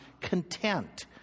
content